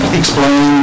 explain